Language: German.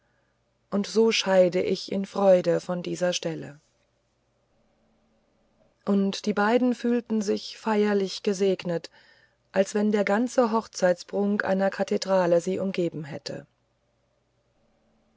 und so scheide ich in freude von dieser stelle und die beiden fühlten sich feierlicher eingesegnet als wenn der ganze hochzeitsprunk einer kathedrale sie umgeben hätte